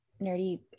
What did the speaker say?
nerdy